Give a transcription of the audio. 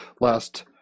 last